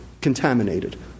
contaminated